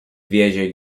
wiezie